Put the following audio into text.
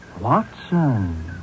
Watson